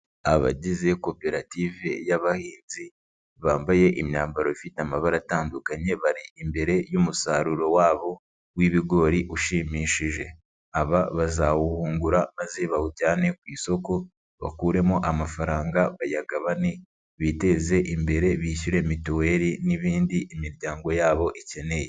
Abagize koperative y'abahinzi bambaye imyambaro ifite amabara atandukanye bari imbere y'umusaruro wabo w'ibigori ushimishije, aba bazawuhungura maze bawujyane ku isoko bakuremo amafaranga bayagabane, biteze imbere, bishyure mituweli n'ibindi imiryango yabo ikeneye.